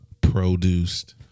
produced